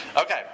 okay